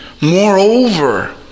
moreover